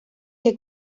que